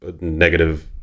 negative